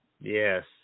Yes